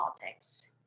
Politics